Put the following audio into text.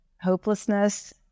hopelessness